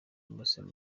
emmerson